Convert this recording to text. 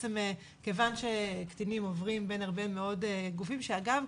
בעצם כיוון שקטינים עוברים בין הרבה מאוד גופים - שאגב,